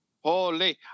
Holy